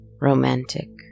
romantic